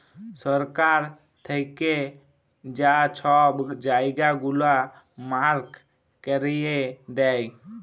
সরকার থ্যাইকে যা ছব জায়গা গুলা মার্ক ক্যইরে দেয়